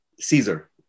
Caesar